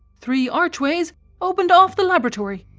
three archways opened off the laboratory,